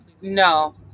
No